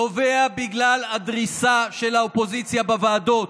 נובע בגלל הדריסה של האופוזיציה בוועדות.